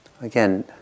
again